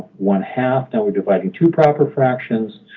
one-half now we're dividing two proper fractions.